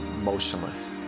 motionless